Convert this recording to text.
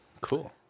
Cool